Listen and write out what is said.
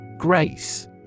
Grace